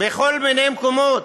בכל מיני דברים,